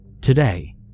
Today